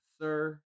sir